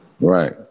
Right